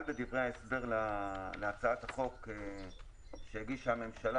בדברי ההסבר להצעת החוק שהגישה הממשלה,